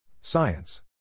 Science